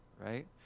right